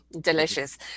Delicious